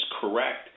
correct